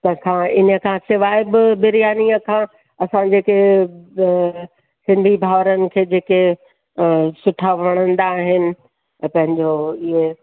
तंहिंखां इनखां सवाइ बि बिरयानी असां असां जेके सिंधी भाउरनि खे जेके सुठा वणंदा आहिनि पंहिंजो इअ